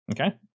Okay